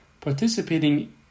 participating